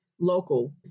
local